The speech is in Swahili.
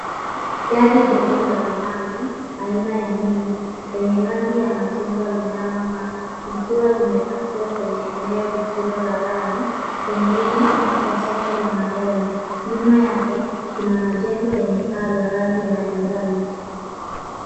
Gari dogo la zamani, aina ya Mini lenye rangi ya machungwa linalong'aa, likiwa limepakiwa kwenye eneo lisilo la lami, pengine kwa soko la magari. Nyuma yake, kuna majengo ya paa za rangi mbalimbali.